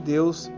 Deus